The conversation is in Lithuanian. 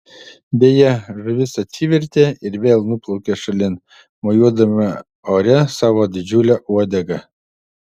deja žuvis atsivertė ir vėl nuplaukė šalin mojuodama ore savo didžiule uodega